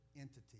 entity